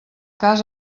cas